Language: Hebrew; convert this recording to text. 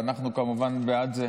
ואנחנו כמובן בעד זה.